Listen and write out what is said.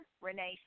Renee